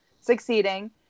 succeeding